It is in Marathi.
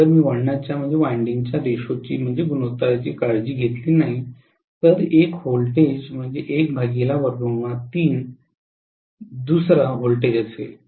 जर मी वळणाच्या रेशोची काळजी घेतली नाही तर एक व्होल्टेज दुसरा व्होल्टेज असेल